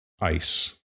ice